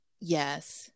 yes